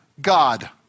God